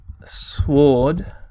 sword